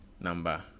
number